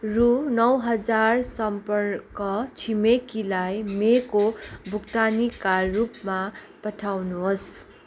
रु नौ हजार सम्पर्क छिमेकीलाई मेको भुक्तानीका रूपमा पठाउनुहोस्